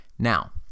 Now